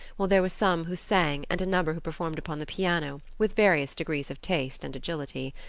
while there were some who sang and a number who performed upon the piano with various degrees of taste and agility.